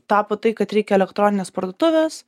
tapo tai kad reikia elektroninės parduotuvės